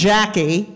Jackie